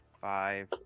five